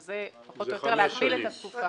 אבל זה פחות או יותר להגביל את התקופה.